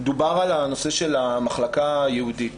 דובר על המחלקה הייעודית.